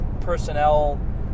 personnel